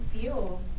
feel